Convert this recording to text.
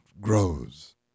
grows